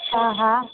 हा हा